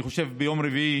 אני חושב שביום רביעי